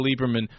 Lieberman